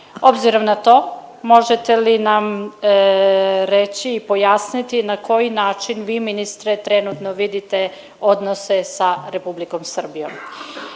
Obzirom na to možete li nam reći i pojasniti na koji način vi ministre trenutno vidite odnose sa Republikom Srbijom.